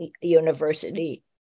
university